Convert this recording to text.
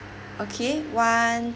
okay one